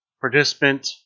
participant